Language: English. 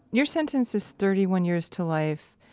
your sentence is thirty one years to life,